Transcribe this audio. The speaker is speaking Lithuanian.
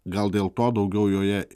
gal dėl to daugiau joje